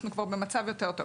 אנחנו כבר במצב יותר טוב,